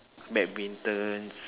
badminton